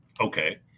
Okay